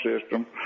system